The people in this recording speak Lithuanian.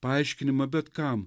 paaiškinimą bet kam